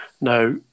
Now